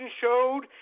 showed